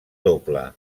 doble